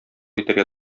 итәргә